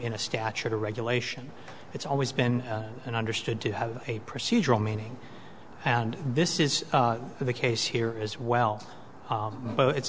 in a statute or regulation it's always been an understood to have a procedural meaning and this is the case here is well it's